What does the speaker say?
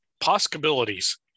Possibilities